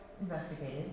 investigated